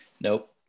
Nope